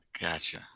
Gotcha